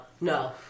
no